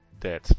dead